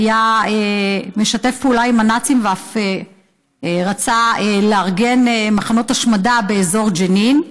היה משתף פעולה עם הנאצים ואף רצה לארגן מחנות השמדה באזור ג'נין.